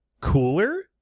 cooler